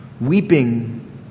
weeping